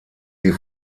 die